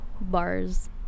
Bars